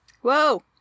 Whoa